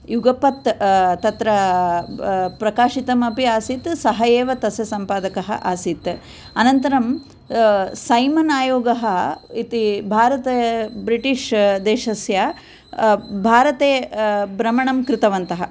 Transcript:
युगपथ् तत्र प्रकाशितम् अपि आसीत् सः एव तस्य सम्पादकः आसीत् अनन्तरं सैमन् आयोगः इति भारते ब्रिटिश् देशस्य भारते भ्रमणं कृतवन्तः